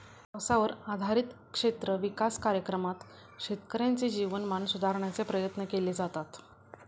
पावसावर आधारित क्षेत्र विकास कार्यक्रमात शेतकऱ्यांचे जीवनमान सुधारण्याचे प्रयत्न केले जातात